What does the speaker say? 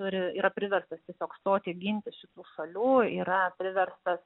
turi yra priverstas tiesiog stoti ginti šitų šalių yra priverstas